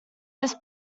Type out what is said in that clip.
this